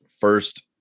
First